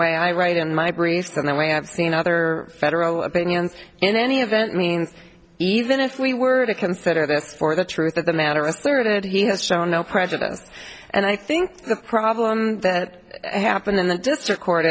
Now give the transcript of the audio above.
way i write in my briefs and the way i've seen other federal opinions in any event means even if we were to consider this for the truth of the matter asserted he has shown no prejudice and i think the problem that happened in the district court